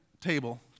table